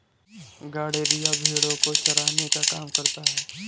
गड़ेरिया भेड़ो को चराने का काम करता है